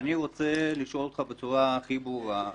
ואני רוצה לשאול אותך בצורה הכי ברורה: